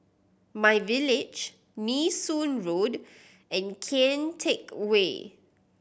MyVillage Nee Soon Road and Kian Teck Way